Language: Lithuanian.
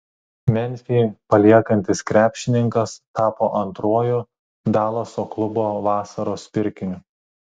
memfį paliekantis krepšininkas tapo antruoju dalaso klubo vasaros pirkiniu